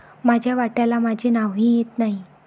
माझ्या वाट्याला माझे नावही येत नाही